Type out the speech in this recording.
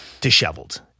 disheveled